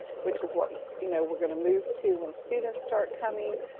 which is what you know we're gonna move to when students start coming?